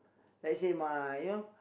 let's say my you know